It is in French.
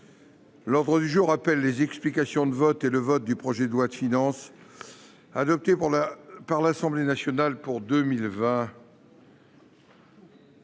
L'ordre du jour appelle les explications de vote et le vote du projet de loi de finances pour 2020, adopté par l'Assemblée nationale (projet